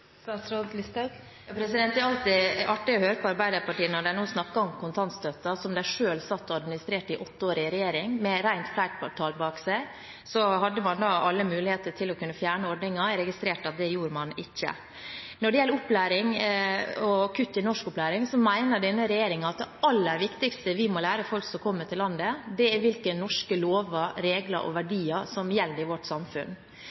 statsråd med ansvaret for integrering tenke at dette er lurt? Det er alltid artig å høre på Arbeiderpartiet når de snakker om kontantstøtten, som de selv satt og administrerte i åtte år i regjering. Med rent flertall bak seg hadde man da alle muligheter til å fjerne ordningen. Jeg registrerte at det gjorde man ikke. Når det gjelder opplæring og kutt i norskopplæring, mener denne regjeringen at det aller viktigste vi må lære folk som kommer til landet, er hvilke norske lover, regler og verdier som gjelder i vårt samfunn.